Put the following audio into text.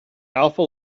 alpha